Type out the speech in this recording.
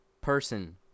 person